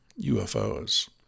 UFOs